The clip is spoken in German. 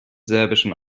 serbischen